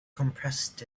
compressed